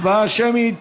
הצבעה שמית.